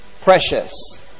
precious